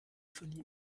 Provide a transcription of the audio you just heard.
verliehen